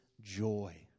joy